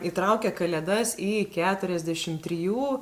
įtraukia kalėdas į keturiasdešim trijų